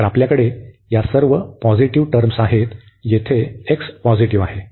तर आपल्याकडे या सर्व पॉझिटिव्ह टर्म्स आहेत जेथे x पॉझिटिव्ह आहे